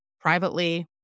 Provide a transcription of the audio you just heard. privately